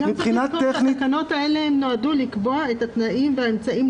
התקנות האלה נועדו לקבוע את התנאים והאמצעים,